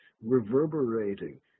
reverberating